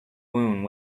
wound